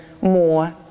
more